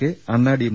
K Anna DM